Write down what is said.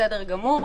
בסדר גמור,